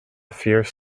fierce